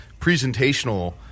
presentational